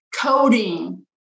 coding